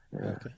Okay